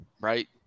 right